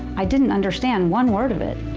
i didn't understand one word of it.